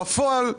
בפועל,